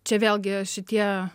čia vėlgi šitie